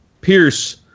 Pierce